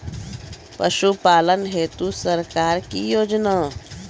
पशुपालन हेतु सरकार की योजना?